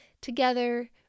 together